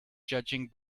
judging